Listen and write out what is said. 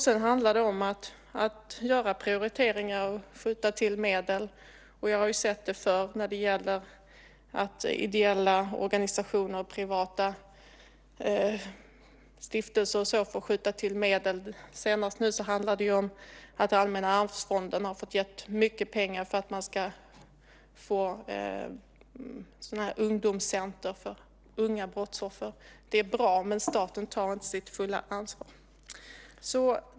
Sedan handlar det om att göra prioriteringar och skjuta till medel. Och jag har sett det förr när det gäller att ideella organisationer och privata stiftelser och så vidare får skjuta till medel. Senast handlade det om att Allmänna arvsfonden har fått ge mycket pengar för att man ska inrätta ungdomscentrum för unga brottsoffer. Det är bra, men staten tar inte sitt fulla ansvar.